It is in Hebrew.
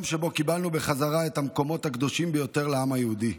היום שבו קיבלנו בחזרה את המקומות הקדושים ביותר לעם היהודי,